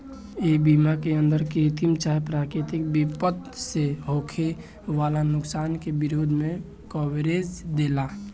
ए बीमा के अंदर कृत्रिम चाहे प्राकृतिक विपद से होखे वाला नुकसान के विरोध में कवरेज देला